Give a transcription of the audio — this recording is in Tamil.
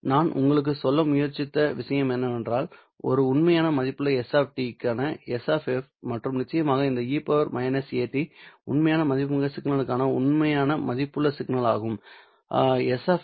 எனவே நான் உங்களுக்கு சொல்ல முயற்சித்த விஷயம் என்னவென்றால் ஒரு உண்மையான மதிப்புள்ள s க்கான S மற்றும் நிச்சயமாக இந்த e at உண்மையான மதிப்புமிக்க சிக்னலுக்கான உண்மையான மதிப்புள்ள சிக்னல் ஆகும் ஆகும்